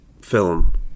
film